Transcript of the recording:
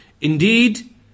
Indeed